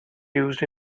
used